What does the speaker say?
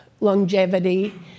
longevity